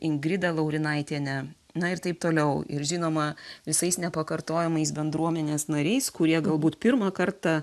ingrida laurinaitiene na ir taip toliau ir žinoma visais nepakartojamais bendruomenės nariais kurie galbūt pirmą kartą